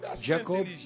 Jacob